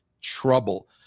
trouble